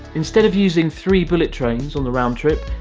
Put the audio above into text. instead of using three bullet trains on the roundtrip,